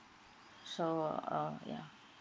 so uh ya